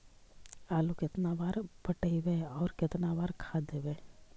आलू केतना बार पटइबै और केतना बार खाद देबै?